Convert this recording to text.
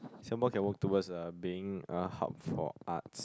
Singapore can work towards uh being a hub for arts